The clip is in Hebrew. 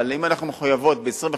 אבל אם אנחנו מחויבות ב-25%,